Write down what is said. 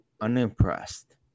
unimpressed